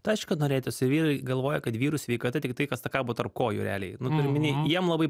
tai aišku kad norėtųsi vyrai galvoja kad vyrų sveikata tik tai kas kabo tarp kojų realiai nu turiu omeny jiem labai